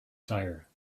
tire